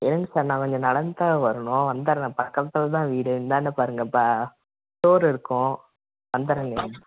இருங்க சார் நான் கொஞ்சம் நடந்து தான் வரணும் வந்தர்றேன் பக்கத்தில் தான் வீடு இந்தாண்ட பாருங்கள் ப ஸ்டோர் இருக்கும் வந்தர்றேங்க